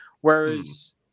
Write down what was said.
Whereas